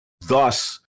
thus